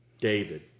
David